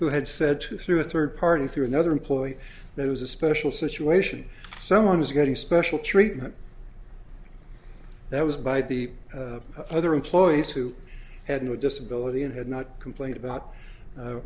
who had said to through a third party through another employee that was a special situation someone is getting special treatment that was by the other employees who had no disability and had not complained about